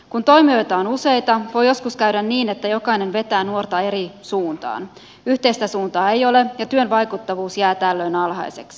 kun toimijoita on useita voi joskus käydä niin että jokainen vetää nuorta eri suuntaan yhteistä suuntaa ei ole ja työn vaikuttavuus jää tällöin alhaiseksi